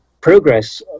progress